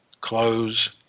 close